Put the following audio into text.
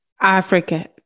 Africa